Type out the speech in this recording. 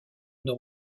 nord